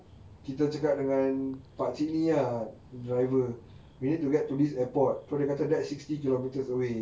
kita cakap dengan pakcik ni ah driver we need to get to this airport so dia kata that sixty kilometres away